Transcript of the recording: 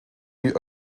die